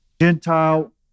Gentile